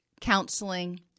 counseling